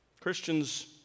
Christians